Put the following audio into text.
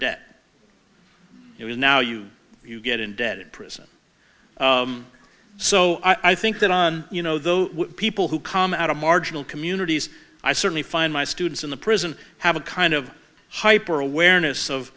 is now you you get indebted prison so i think that on you know the people who come out of marginal communities i certainly find my students in the prison have a kind of hyper awareness of